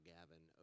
Gavin